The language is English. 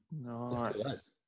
Nice